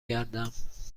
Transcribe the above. گردم